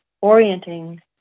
orienting